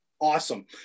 awesome